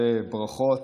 ברכות.